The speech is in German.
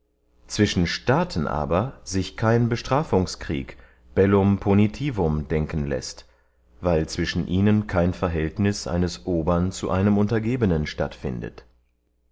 zwischen staaten aber sich kein bestrafungskrieg bellum punitiuum denken läßt weil zwischen ihnen kein verhältniß eines obern zu einem untergebenen statt